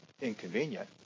inconvenient